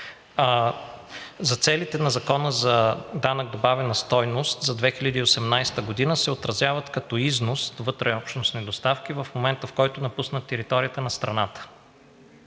За целите на Закона за данък добавена стойност за 2018 г. се отразяват като износ вътреобщностни доставки в момента, в който напуснат територията на страната.